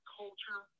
culture